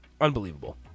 Unbelievable